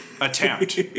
attempt